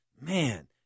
man